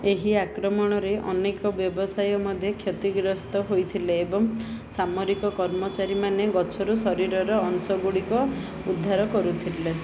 ଏହି ଆକ୍ରମଣରେ ଅନେକ ବ୍ୟବସାୟ ମଧ୍ୟ କ୍ଷତିଗ୍ରସ୍ତ ହୋଇଥିଲେ ଏବଂ ସାମରିକ କର୍ମଚାରୀମାନେ ଗଛରୁ ଶରୀରର ଅଂଶ ଗୁଡ଼ିକ ଉଦ୍ଧାର କରୁଥିଲେ